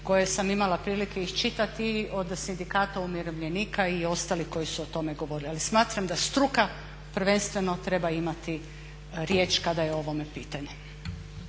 koje sam imala prilike iščitati od Sindikata umirovljenika i ostalih koji su o tome govorili. Ali smatram da struka prvenstveno treba imati riječ kada je o ovome pitanje.